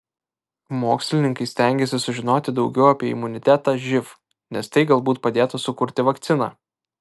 mokslininkai stengiasi sužinoti daugiau apie imunitetą živ nes tai galbūt padėtų sukurti vakciną